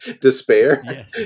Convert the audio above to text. Despair